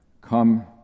come